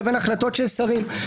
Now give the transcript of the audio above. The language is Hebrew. לבין החלטות של שרים.